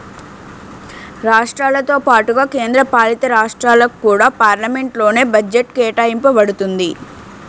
రాష్ట్రాలతో పాటుగా కేంద్ర పాలితరాష్ట్రాలకు కూడా పార్లమెంట్ లోనే బడ్జెట్ కేటాయింప బడుతుంది